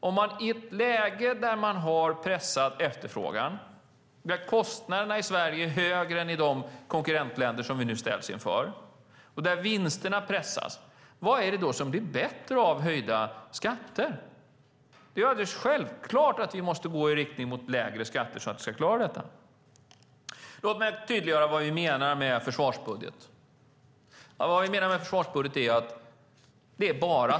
Om man i ett läge där vi har pressad efterfrågan, där kostnaderna i Sverige är högre än i de konkurrentländer vi ställs inför och där vinsterna pressas, vad blir då bättre av höjda skatter? Det är självklart att vi måste gå i riktning mot lägre skatter för att klara detta. Låt mig tydliggöra vad vi menar med en försvarsbudget.